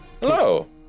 Hello